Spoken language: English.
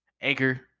Anchor